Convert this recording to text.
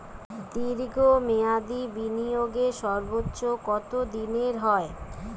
দীর্ঘ মেয়াদি বিনিয়োগের সর্বোচ্চ কত দিনের হয়?